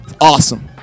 Awesome